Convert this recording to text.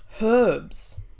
herbs